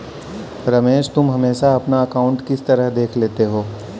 रमेश तुम हमेशा अपना अकांउट किस तरह देख लेते हो?